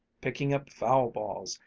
picking up foul balls,